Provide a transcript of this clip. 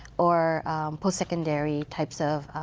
or post secondary types of